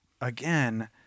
again